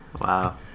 Wow